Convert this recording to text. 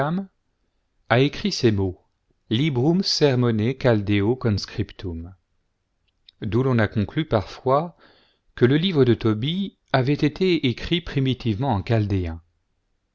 a écrit ces mots librum sermone chaldaeo conscriptuin d'où l'on a conclu parfois que le livre de tobie avait été écrit primitivement en